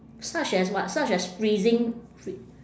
such as what such as freezing fr~